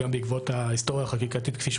גם בעקבות ההיסטוריה החקיקתית כפי שהיא